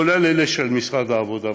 כולל אלה של משרד העבודה והרווחה,